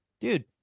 dude